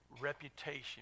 reputation